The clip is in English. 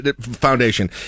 Foundation